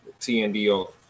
TNDO